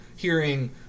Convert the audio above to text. Hearing